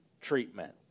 treatment